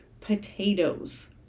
potatoes